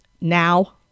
now